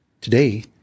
Today